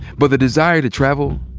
but the desire to travel,